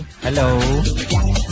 Hello